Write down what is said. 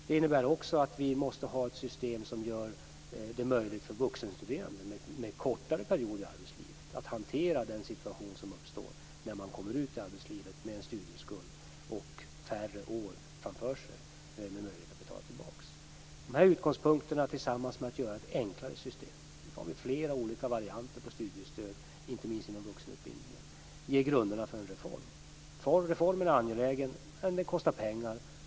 Det innebär också att vi måste ha ett system som gör det möjligt för vuxenstuderande med kortare perioder i arbetslivet att hantera den situation som uppstår när de kommer ut i arbetslivet med en studieskuld och färre år framför sig med möjlighet att betala tillbaka. Dessa utgångspunkter tillsammans med skapandet av ett enklare system - i dag har vi flera olika varianter på studiestöd, inte minst inom vuxenutbildningen - ger grunderna för en reform. Reformen är angelägen, men den kostar pengar.